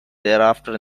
thereafter